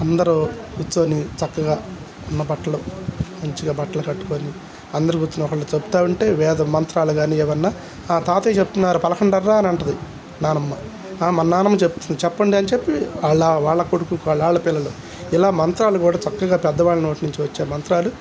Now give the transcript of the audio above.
అందరూ కూర్చొని చక్కగా ఉన్న బట్టలు మంచిగా బట్టలు కట్టుకొని అందరు కూర్చొని ఒకరూ చెబుతూ ఉంటే వేద మంత్రాలు గాని ఏమైనా తాతయ్య చెప్తున్నారు పలకండర్రా అని అంటుంది నానమ్మ మా నాన్నమ్మ చెబుతూ చెప్పండి అని చెప్పి వాళ్ళ వాళ్ళ కొడుకు వాళ్ళ పిల్లలు ఇలా మంత్రాలు కూడా చక్కగా పెద్దవాళ్ళ నోటి నుంచి వచ్చే మంత్రాలు